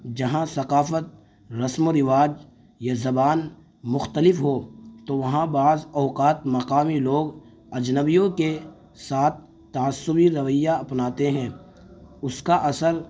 جہاں ثقافت رسم و رواج یا زبان مختلف ہو تو وہاں بعض اوقات مقامی لوگ اجنبیوں کے ساتھ تعصباتی رویہ اپناتے ہیں اس کا اثر